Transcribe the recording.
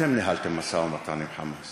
אתם ניהלתם משא-ומתן עם "חמאס".